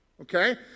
Okay